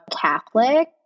Catholic